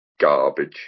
garbage